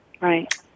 Right